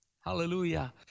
Hallelujah